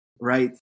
Right